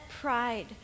pride